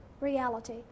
reality